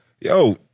yo